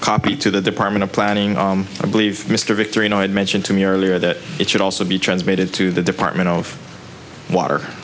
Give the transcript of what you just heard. copy to the department of planning i believe mr victorian i had mentioned to me earlier that it should also be transmitted to the department of water